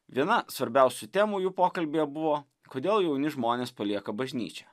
viena svarbiausių temų jų pokalbyje buvo kodėl jauni žmonės palieka bažnyčią